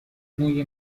موی